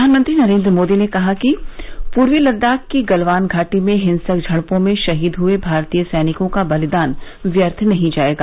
प्रधानमंत्री नरेन्द्र मोदी ने कहा है कि पूर्वी लद्दाख की गलवान घाटी में हिंसक झड़पों में शहीद हुए भारतीय सैनिकों का बलिदान व्यर्थ नहीं जाएगा